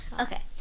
okay